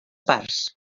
parts